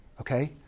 okay